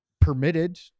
permitted